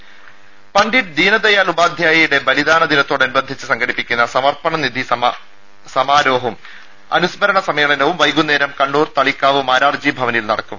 ടെട പണ്ഡിറ്റ് ദീനദയാൽ ഉപാദ്ധ്യായയുടെ ബലിദാന ദിനത്തോടനുബന്ധിച്ച് സംഘടിപ്പിക്കുന്ന സമർപ്പണ നിധി സമാരോഹും അനുസ്മരണ സമ്മേളനവും വൈകുന്നേരം കണ്ണൂർ താളിക്കാവ് മാരാർജി ഭവനിൽ നടക്കും